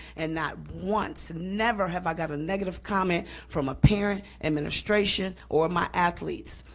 and not once, never have i got a negative comment from a parent, administration, or my athletes.